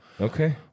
okay